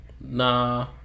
nah